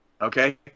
Okay